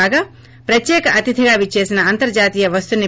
కాగా ప్రత్యేక అతిధిగా విచ్చేసిన అంతర్హాతీయ వస్తుంది